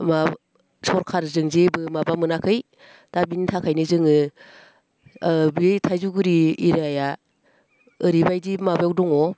माबा सरखारजों जेबो माबा मोनाखै दा बिनि थाखायनो जोङो बे थाइजौगुरि एरियाया ओरैबायदि माबायाव दङ